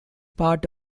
part